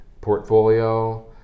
portfolio